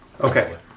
Okay